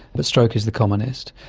but stroke is the commonest.